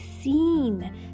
seen